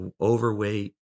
overweight